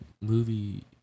movie